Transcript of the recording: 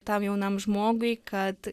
tam jaunam žmogui kad